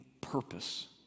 purpose